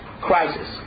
crisis